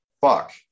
fuck